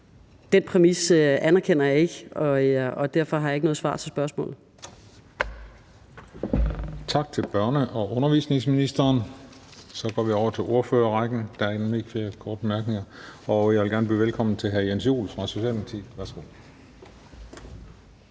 Den præmis anerkender jeg ikke, og derfor har jeg ikke noget svar til spørgsmålet. Kl. 10:47 Den fg. formand (Christian Juhl): Tak til børne- og undervisningsministeren. Så går vi over til ordførerrækken, for der er nemlig ikke flere korte bemærkninger. Jeg vil gerne byde velkommen til hr. Jens Joel fra Socialdemokratiet. Værsgo.